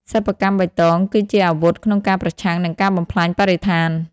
សិប្បកម្មបៃតងគឺជាអាវុធក្នុងការប្រឆាំងនឹងការបំផ្លាញបរិស្ថាន។